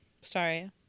sorry